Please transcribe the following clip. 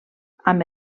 amb